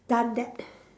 done that